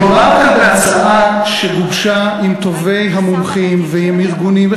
מדובר כאן בהצעה שגובשה עם טובי המומחים ועם ארגונים.